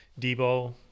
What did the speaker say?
Debo